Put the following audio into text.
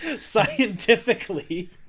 scientifically